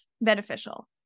beneficial